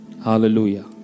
Hallelujah